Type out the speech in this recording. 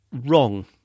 wrong